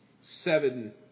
seven